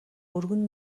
өргөн